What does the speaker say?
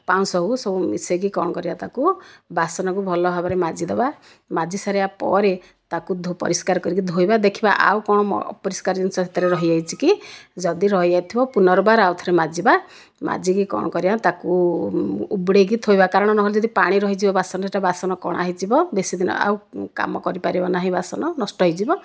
ପାଉଁଶ ହେଉ ସବୁ ମିଶାଇକି କ'ଣ କରିବା ତାକୁ ବାସନକୁ ଭଲ ଭାବରେ ମାଜି ଦେବା ମାଜି ସାରିବା ପରେ ତାକୁ ପରିଷ୍କାର କରିକି ଧୋଇବା ଦେଖିବା ଆଉ କ'ଣ ଅପରିଷ୍କାର ଜିନିଷ ସେଥିରେ ରହି ଯାଇଛି କି ଯଦି ରହି ଯାଇଥିବ ପୁନର୍ବାର ଆଉଥରେ ମାଜିବା ମାଜିକି କ'ଣ କରିବା ତାକୁ ଉବୁଡ଼ାଇକି ଥୋଇବା କାରଣ ନହେଲେ ଯଦି ପାଣି ରହିବ ଯଦି ବାସନରେ ବାସନ କଣା ହୋଇଯିବ ବେଶି ଦିନ ଆଉ କାମ କରିପାରିବ ନାହିଁ ବାସନ ନଷ୍ଟ ହୋଇଯିବ